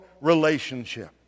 relationship